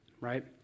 right